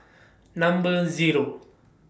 Number Zero